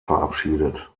verabschiedet